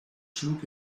schlug